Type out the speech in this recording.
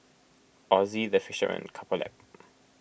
Ozi the Face Shop and Couple Lab